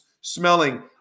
smelling